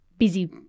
Busy